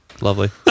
lovely